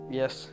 yes